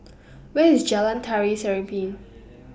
Where IS Jalan Tari Serimpi